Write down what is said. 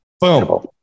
Boom